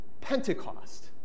Pentecost